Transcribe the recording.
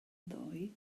ddoe